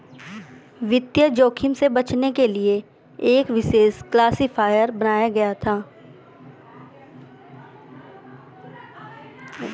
वित्तीय जोखिम से बचने के लिए एक विशेष क्लासिफ़ायर बनाया गया था